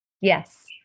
Yes